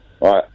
right